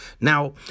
Now